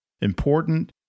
important